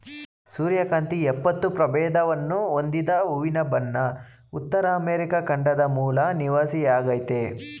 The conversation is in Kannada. ಸೂರ್ಯಕಾಂತಿ ಎಪ್ಪತ್ತು ಪ್ರಭೇದವನ್ನು ಹೊಂದಿದ ಹೂವಿನ ಬಣ ಉತ್ತರ ಅಮೆರಿಕ ಖಂಡದ ಮೂಲ ನಿವಾಸಿಯಾಗಯ್ತೆ